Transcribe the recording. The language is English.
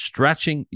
Stretching